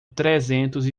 trezentos